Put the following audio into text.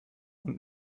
und